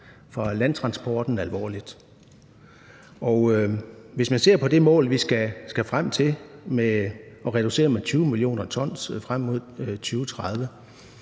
fra landtransporten alvorligt. Hvis man ser på det mål, vi skal frem til, med at reducere med 20 mio. t frem mod 2030,